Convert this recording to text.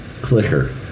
clicker